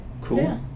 cool